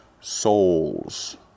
souls